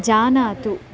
जानातु